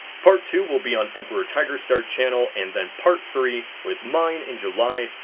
part two will be on emperortigerstar's channel, and then part three with mine in july,